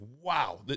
wow